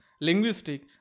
linguistic